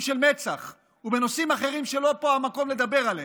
של מצ"ח ובנושאים אחרים שלא פה המקום לדבר עליהם.